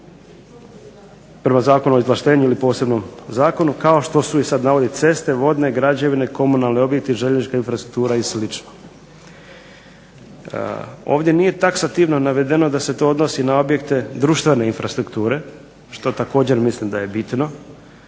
prema Zakonu o izvlaštenju ili posebnom zakonu kao što su, i sad navodi ceste, vodne građevine, komunalne objekte i željeznička infrastruktura i slično. Ovdje nije taksativno navedeno da se to odnosi na objekte društvene infrastrukture, što također mislim da je bitno,